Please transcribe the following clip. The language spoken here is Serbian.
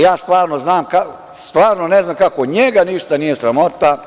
Ja stvarno ne znam kako njega ništa nije sramota.